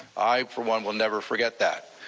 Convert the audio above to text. i for one will never forget that.